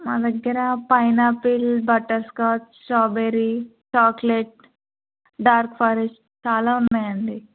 మా దగ్గర pineapple butterscotch strawberry chocolate dark forest చాలా ఉన్నాయండి